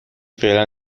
فعلا